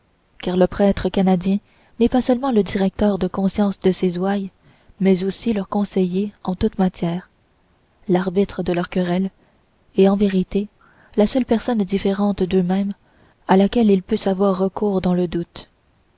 car le prêtre n'est pas seulement le directeur de conscience de ses ouailles mais aussi leur conseiller en toutes matières l'arbitre de leurs querelles et en vérité la seule personne différente d'eux-mêmes à laquelle ils puissent avoir recours dans le doute